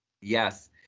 Yes